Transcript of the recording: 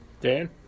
Dan